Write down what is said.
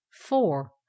four